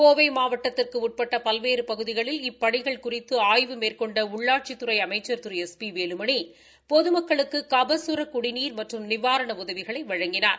கோவை மாவட்டத்திற்கு உட்பட்ட பல்வேறு பகுதிகளில் இப்பணிகள் குறித்து ஆய்வு மேற்கொண்ட உள்ளாட்சித்துறை அமைச்சர் திரு எஸ் பி வேலுமணி பொதுமக்களுக்கு கபசர் குடிநீர் மற்றும் நிவாரண உதவிகளை வழங்கினார்